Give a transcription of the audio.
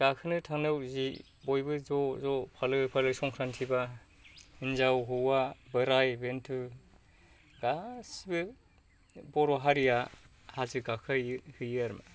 गाखोनो थांनायाव जे बयबो जे बयबो ज'ज' फालो फालो संक्रान्तिबा हिनजाव हौवा बोराय बेन्थ ' गासिबो बर ' हारिया हाजो गाखोहैयो आरो